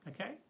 okay